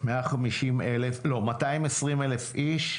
220,000 איש,